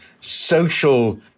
social